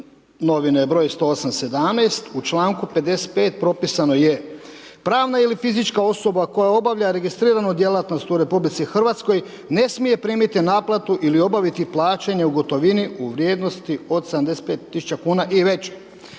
novine“, br. 108/17. u članku 55. propisano je: „Pravna ili fizička osoba koja obavlja registriranu djelatnost u Republici Hrvatskoj ne smije primiti naplatu ili obaviti plaćanje u gotovini u vrijednosti od 75 tisuća kuna i veće.“